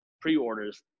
pre-orders